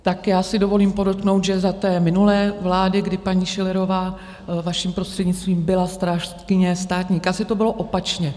Tak já si dovolím podotknout, že za té minulé vlády, kdy paní Schillerová, vaším prostřednictvím, byla strážkyně státní kasy, to bylo opačně.